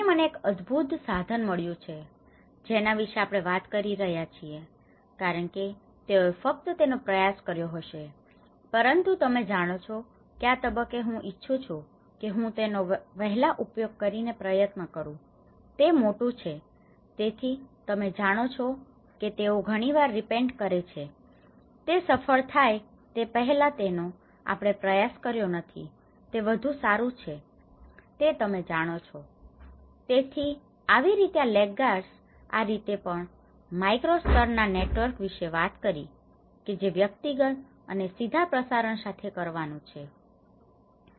અહીં મને એક અદભુત સાધન મળ્યું છે જેના વિશે આપણે વાત કરી રહ્યા છીએ કારણ કે તેઓએ ફક્ત તેનો પ્રયાસ કર્યો હશે પરંતુ તમે જાણો છો કે આ તબક્કે હું ઇચ્છુ છું કે હું તેનો વહેલા ઉપયોગ કરી ને પ્રયત્ન કરું તે મોટું છે તેથી તમે જાણો છો કે તેઓ ઘણીવાર રીપેન્ટ કરે છેતે સફળ થાય તે પહેલા તેનો આપણે પ્રયાસ કર્યો નથી તે વધુ સારું છે તે તમે જાણો છે તેથી આવી રીતે આ લેગગાર્ડસ આ રીતે પણ માઈક્રો સ્તર ના નેટવર્ક વિશે વાત કરી કે જે વ્યક્તિગત અને સીધા પ્રસારણ સાથે કરવાનું છે